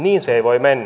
niin se ei voi mennä